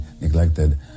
neglected